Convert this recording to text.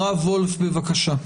הרב וולף, בבקשה.